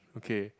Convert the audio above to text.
okay